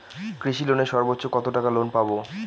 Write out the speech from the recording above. কৃষি লোনে সর্বোচ্চ কত টাকা লোন পাবো?